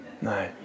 No